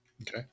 Okay